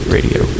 Radio